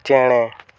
ᱪᱮᱬᱮ